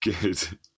good